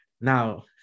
Now